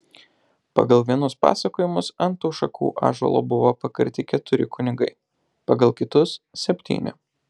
pagal vienus pasakojimus ant tų šakų ąžuolo buvo pakarti keturi kunigai pagal kitus septyni